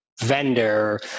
vendor